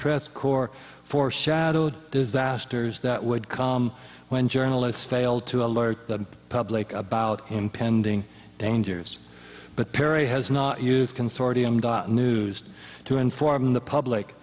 press corps foreshadowed disasters that would come when journalists failed to alert the public about impending dangers but perry has not used consortium news to inform the public